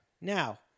Now